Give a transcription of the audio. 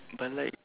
but like